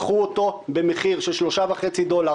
קחו אותו במחיר של 3.5 דולרים,